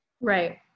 Right